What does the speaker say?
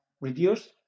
reduce